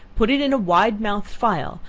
put it in a wide-mouthed phial,